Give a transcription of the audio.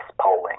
polling